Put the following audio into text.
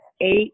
eight